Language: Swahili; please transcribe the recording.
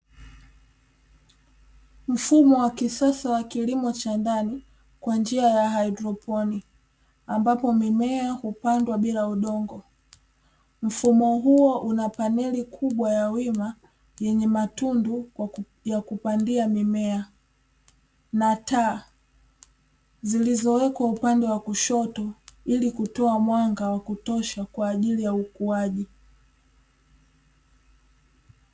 Mfumo wa kisasa wa kilimo cha ndani kwa njia ya hydroponi ambapo mimea hupandwa bila udongo, mfumo huo una paneli kubwa ya wima yenye matundu ya kupandia mimea na taa zilizowekwa upande wa kushoto ili kutoa mwanga wa kutosha kwa ajili ya ukuaji.